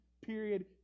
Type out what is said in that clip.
Period